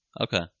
Okay